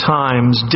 times